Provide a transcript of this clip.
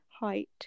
height